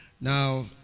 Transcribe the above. Now